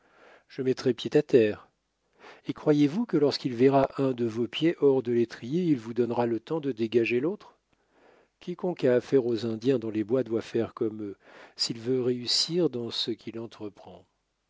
je mettrai pied à terre et croyez-vous que lorsqu'il verra un de vos pieds hors de l'étrier il vous donnera le temps de dégager l'autre quiconque a affaire aux indiens dans les bois doit faire comme eux s'il veut réussir dans ce qu'il